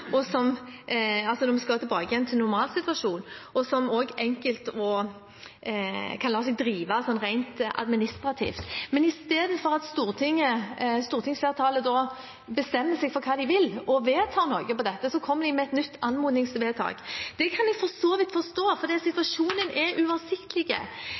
når vi skal tilbake igjen til normalsituasjonen, og som også er enkel å – la oss si – drive rent administrativt. Men istedenfor at stortingsflertallet bestemmer seg for hva de vil, og vedtar noe på dette, kommer de med et nytt anmodningsvedtak. Det kan jeg for så vidt forstå, for situasjonen er uoversiktlig. Det